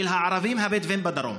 של הערבים הבדואים בדרום?